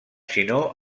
sinó